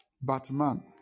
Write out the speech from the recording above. Batman